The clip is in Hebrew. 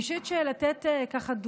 אני חושבת שכדי לתת דוגמה,